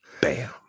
Bam